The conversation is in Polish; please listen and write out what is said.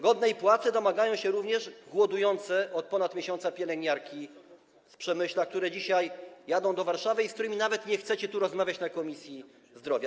Godnej płacy domagają się również głodujące od ponad miesiąca pielęgniarki z Przemyśla, które dzisiaj jadą do Warszawy, z którymi nawet nie chcecie rozmawiać na posiedzeniu Komisji Zdrowia.